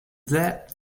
that